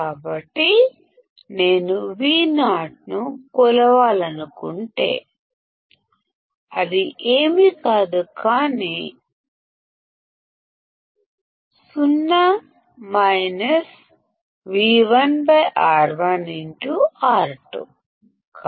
కాబట్టి నేను Vo ను కొలవాలనుకుంటే అది ఏమీ కాదు కానీ 0 V1R1R2